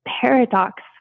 paradox